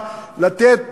שבאה לתת